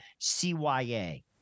CYA